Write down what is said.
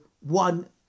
one